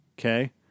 Okay